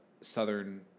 southern